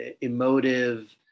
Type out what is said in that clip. emotive